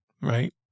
right